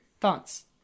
Thoughts